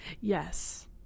Yes